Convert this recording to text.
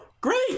Great